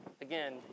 Again